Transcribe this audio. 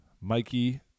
Mikey